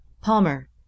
Palmer